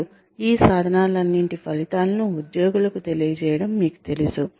మరియు ఈ సాధనాలన్నింటి ఫలితాలను ఉద్యోగులకు తెలియజేయడం మీకు తెలుసు